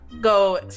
go